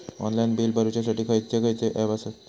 Online bill भरुच्यासाठी खयचे खयचे ऍप आसत?